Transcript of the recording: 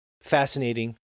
Fascinating